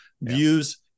Views